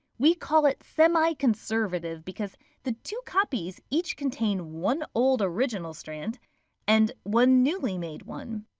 we call it semi-conservative because the two copies each contain one old original strand and one newly made one.